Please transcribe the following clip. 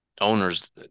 owners